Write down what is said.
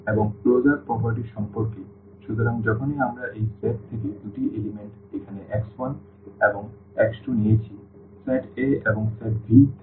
এবং closure property সম্পর্কে সুতরাং যখনই আমরা এই সেট থেকে দুটি উপাদান এখানে x1 এবং x2 নিয়েছি সেট a এবং সেট V থেকে